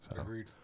Agreed